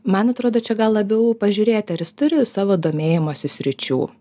man atrodo čia gal labiau pažiūrėti ar jis turi savo domėjimosi sričių